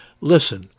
Listen